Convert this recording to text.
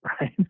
right